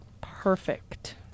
Perfect